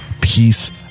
peace